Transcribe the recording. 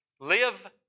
live